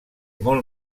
molt